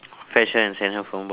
fetch her and send her from work